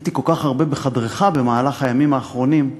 הייתי כל כך הרבה בחדרך במהלך הימים האחרונים,